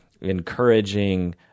encouraging